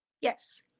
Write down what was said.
Yes